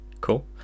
Cool